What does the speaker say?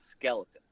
skeleton